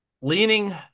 leaning